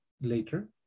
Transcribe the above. later